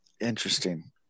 Interesting